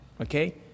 Okay